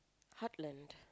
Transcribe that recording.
heartland